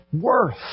Worth